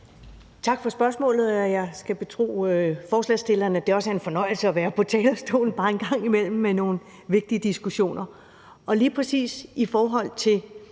Tak for spørgsmålet. Jeg skal betro forslagsstilleren, at det også er en fornøjelse at være på talerstolen bare en gang imellem med nogle vigtige diskussioner. Og lige præcis i forhold til